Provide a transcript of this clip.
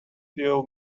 deal